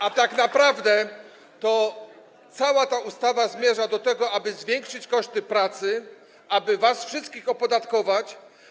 A tak naprawdę to cała ta ustawa zmierza do tego, aby zwiększyć koszty pracy, aby was wszystkich opodatkować.